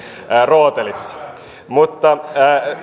rootelissa